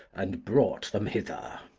and brought them hither.